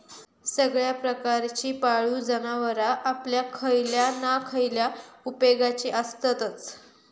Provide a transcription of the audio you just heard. सगळ्या प्रकारची पाळीव जनावरां आपल्या खयल्या ना खयल्या उपेगाची आसततच